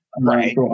Right